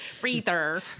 Breather